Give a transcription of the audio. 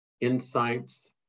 insights